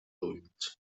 ulls